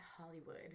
Hollywood